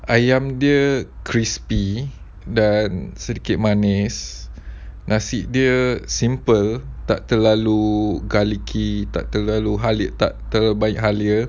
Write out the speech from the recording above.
ayam dia crispy dan sikit manis nasi dia simple tak terlalu garlicky tak terlalu ha~ tak terlalu banyak halia